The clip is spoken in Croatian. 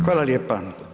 Hvala lijepa.